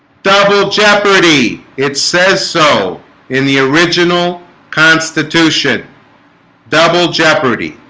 double jeopardy it says so in the original constitution double jeopardy